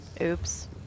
Oops